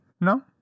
No